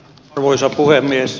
arvoisa puhemies